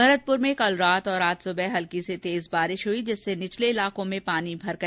भरतपुर में कल रात और आज सुबह हल्की से तेज बारिश हुई जिससे निचले इलाको में पानी भर गया